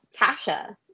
Tasha